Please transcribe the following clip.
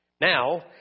Now